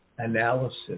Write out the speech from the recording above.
analysis